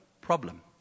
problem